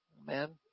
amen